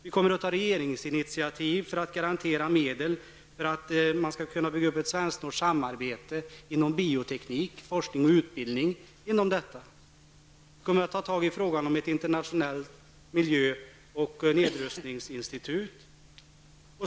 Vi kommer att ta regeringsinitiativ för att garantera medel för att bygga upp ett svensk-- norskt samarbete i fråga om forskning och utbildning inom biotekniken. Vi kommer att ta upp frågan om ett internationellt miljö och nedrustningsinstitut.